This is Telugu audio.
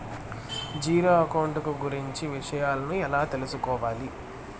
జీరో అకౌంట్ కు గురించి విషయాలను ఎలా తెలుసుకోవాలి?